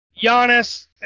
Giannis